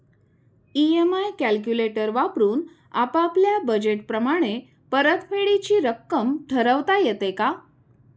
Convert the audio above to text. EMI calculator वापरून आपापल्या budget प्रमाणे परतफेडीची रक्कम ठरवता येते का?